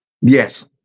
Yes